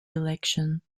election